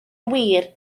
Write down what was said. wir